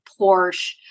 Porsche